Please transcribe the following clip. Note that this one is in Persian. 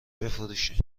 بفروشین